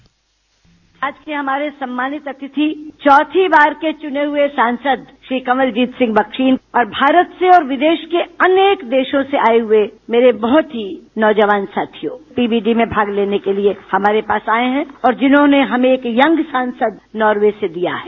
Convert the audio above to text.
bite आज के हमारे सम्मानित अतिथि चौथी बार के चुने हुए सांसद श्री कवंलजीत सिंह बख्शी और भारत से और विदेश के अनेक देशों से आए हुए मेरे बहुत ही नौजवान साथियों पी वी डी में भाग लेने के लिए हमारे पास आए हैं और जिन्होंने हमें एक यंग सांसद नोर्वे से दिया है